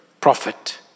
prophet